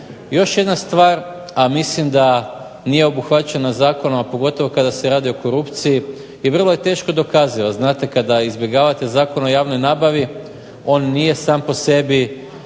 Još jedna stvar, a mislim da nije obuhvaćena zakonom, a pogotovo kada se radi o korupciji i vrlo je teško dokaziva. Znate, kada izbjegavate Zakon o javnoj nabavi on nije sam po sebi